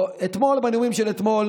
בנאומים של אתמול